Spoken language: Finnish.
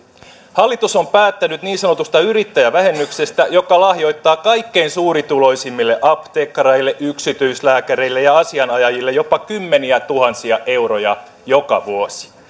hallitus on päättänyt niin sanotusta yrittäjävähennyksestä joka lahjoittaa kaikkein suurituloisimmille apteekkareille yksityislääkäreille ja asianajajille jopa kymmeniätuhansia euroja joka vuosi